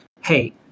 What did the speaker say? hey